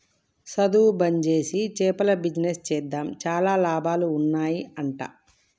సధువు బంజేసి చేపల బిజినెస్ చేద్దాం చాలా లాభాలు ఉన్నాయ్ అంట